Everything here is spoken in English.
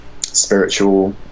spiritual